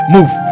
Move